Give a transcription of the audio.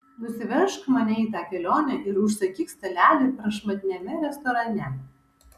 nusivežk mane į tą kelionę ir užsakyk stalelį prašmatniame restorane